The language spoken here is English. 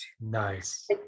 Nice